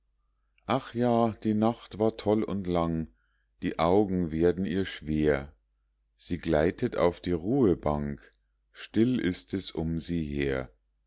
ach ja die nacht war toll und lang die augen werden ihr schwer sie gleitet auf die ruhebank still ist es um sie her